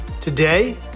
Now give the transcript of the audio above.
Today